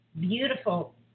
beautiful